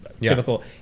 typical